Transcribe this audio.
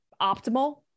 optimal